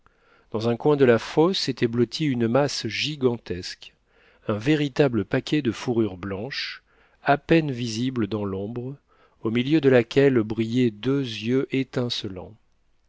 dans un coin de la fosse était blottie une masse gigantesque un véritable paquet de fourrure blanche à peine visible dans l'ombre au milieu de laquelle brillaient deux yeux étincelants